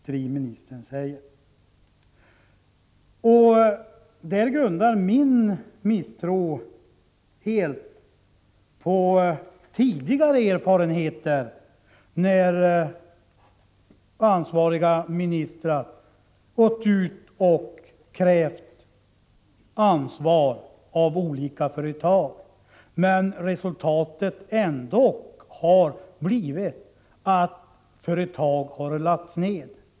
Jag grundar min misstro på tidigare erfarenheter då ansvariga ministrar krävt ansvar av olika företag, men resultatet ändock har blivit att företag har lagts ned.